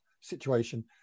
situation